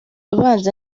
ubanza